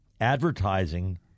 advertising